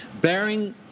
bearing